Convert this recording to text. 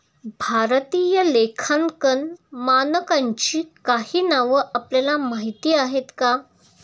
भारतीय लेखांकन मानकांची काही नावं आपल्याला माहीत आहेत का?